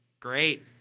Great